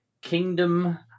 Kingdom